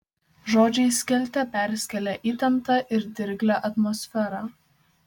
žodžiai skelte perskėlė įtemptą ir dirglią atmosferą